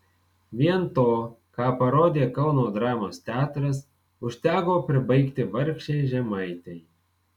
vien to ką parodė kauno dramos teatras užteko pribaigti vargšei žemaitei